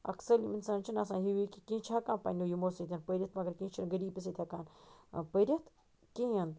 اَکھ سٲلِم اِنسان چھِ نہٕ آسان ہِوی کینٛہہ چھ ہٮ۪کان پَننیو یِمو سۭتۍ پٔرِتھ مگر کیٚنٛہہ چھنہٕ غٔریٖبی سۭتۍ ہیٚکان پٔرِتھ کہیٖنۍ